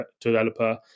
developer